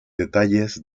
detalles